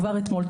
כבר אתמול,